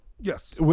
Yes